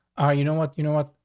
ah, you know what? you know what,